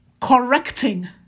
correcting